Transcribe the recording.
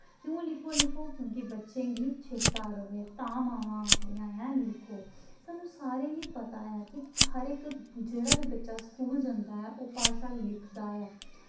क्युं लिखो लिखो क्युंकि बच्चें गी चेत्ता रवे तां मामां आखदियां ऐं लिखो साह्नू सारें गी पता ऐ कि हर इक जेह्ड़ा बी बच्चा स्कूल जंदा ऐ ओह् भाशा लिखदा ऐ